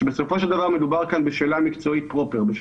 שבסופו של דבר מדובר כאן בשאלה מקצועית פרופר,